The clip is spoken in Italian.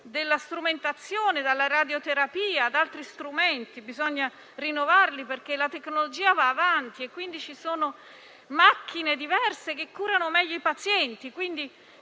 della strumentazione, dalla radioterapia ad altri strumenti. Bisogna rinnovarli, perché la tecnologia va avanti e ci sono macchine diverse che curano meglio i pazienti.